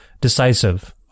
decisive